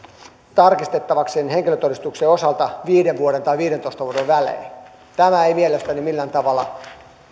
tarkistettavaksi sen henkilötodistuksen osalta viiden vuoden tai viidentoista vuoden välein tämä ei mielestäni millään tavalla